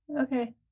Okay